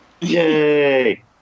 Yay